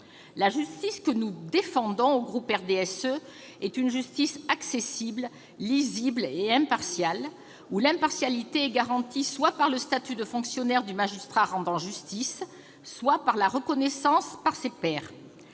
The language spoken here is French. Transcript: La justice que nous défendons, au groupe du RDSE, est une justice accessible, lisible et impartiale, dont l'impartialité est garantie soit par le statut de fonctionnaire du magistrat rendant justice, soit par la reconnaissance par ses pairs.